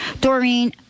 doreen